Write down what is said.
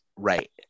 Right